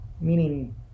Meaning